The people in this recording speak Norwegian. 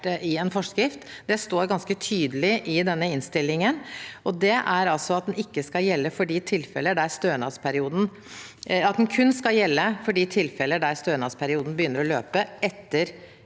i en forskrift. Det står ganske tydelig i denne innstillingen, og det er altså at den kun skal gjelde for de tilfeller der stønadsperioden begynner å løpe etter